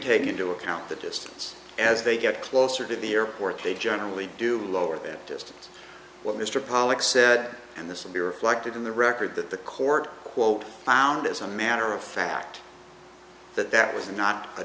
take into account the distance as they get closer to the airport they generally do lower that distance what mr pollack said and this will be reflected in the record that the court quote found as a matter of fact that that was not a